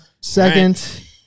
second